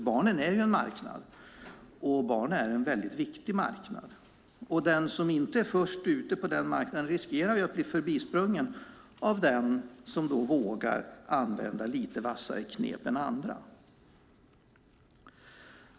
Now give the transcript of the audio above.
Barnen är ju en marknad, en väldigt viktig marknad, och den som inte är först ute på den marknaden riskerar att bli förbisprungen av den som vågar använda lite vassare knep än andra.